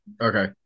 Okay